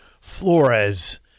Flores